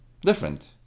Different